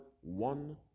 one